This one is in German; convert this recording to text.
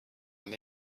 ein